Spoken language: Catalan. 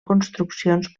construccions